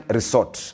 Resort